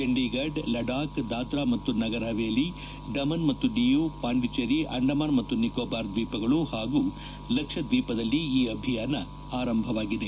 ಚಂಡಿಗಢ್ ಲಡಾಖ್ ದಾದ್ರಾ ಮತ್ತು ನಗರ್ಹವೇಲಿ ಡಮನ್ ಮತ್ತು ದಿಯು ಪಾಂಡಿಚೇರಿ ಅಂಡಮಾನ್ ಮತ್ತು ನಿಕೋಬಾರ್ ದ್ವೀಪಗಳು ಹಾಗೂ ಲಕ್ಷದ್ವೀಪದಲ್ಲಿ ಈ ಅಭಿಯಾನ ಆರಂಭವಾಗಿದೆ